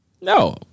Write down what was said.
No